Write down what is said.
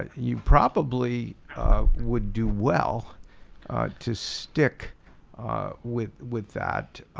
you probably would do well to stick with with that